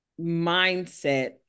mindset